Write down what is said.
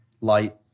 light